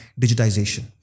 digitization